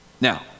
Now